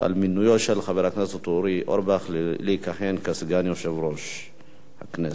על מינויו של חבר הכנסת אורי אורבך לסגן יושב-ראש הכנסת.